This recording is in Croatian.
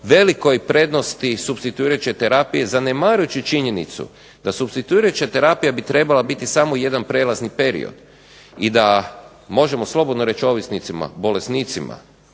velikoj prednosti supstituirajuće terapije, zanemarujući činjenicu da supstituirajuća terapija bi trebala biti samo jedan prijelazni period i da možemo slobodno reći ovisnicima, bolesnicima